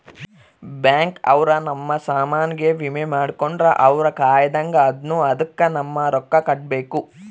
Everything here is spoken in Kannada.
ಬ್ಯಾಂಕ್ ಅವ್ರ ನಮ್ ಸಾಮನ್ ಗೆ ವಿಮೆ ಮಾಡ್ಕೊಂಡ್ರ ಅವ್ರ ಕಾಯ್ತ್ದಂಗ ಅದುನ್ನ ಅದುಕ್ ನವ ರೊಕ್ಕ ಕಟ್ಬೇಕು